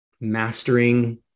mastering